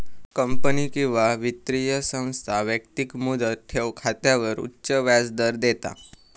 company किंवा वित्तीय संस्था व्यक्तिक मुदत ठेव खात्यावर उच्च व्याजदर देता